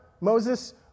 Moses